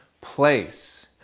place